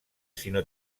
sinó